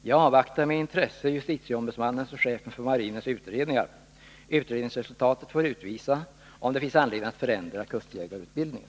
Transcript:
Jag avvaktar med intresse justitieombudsmannens och chefens för marinen utredningar. Utredningsresultatet får utvisa om det finns anledning att förändra kustjägarutbildningen.